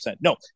No